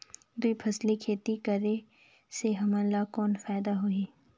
दुई फसली खेती करे से हमन ला कौन फायदा होही?